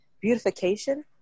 beautification